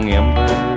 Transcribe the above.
ember